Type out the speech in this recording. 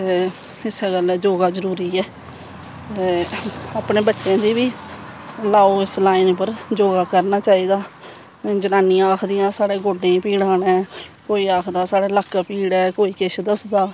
इस्सै गल्ला योगा जरूरी ऐ इस्सै गल्लां अपनें बच्चें गी बी लाओ इस लाइन उप्पर योगा करना चाही दा हून जनानियां आखदियां साढ़े गोड्डें गी पीड़ां नै कोई आखदा साढ़ै लक्क पीड़ ऐ कोई किश दसदा